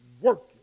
working